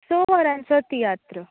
स वरांचो तियात्र